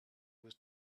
was